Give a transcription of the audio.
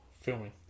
filming